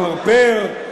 מפרפר,